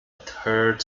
third